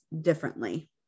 differently